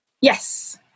yes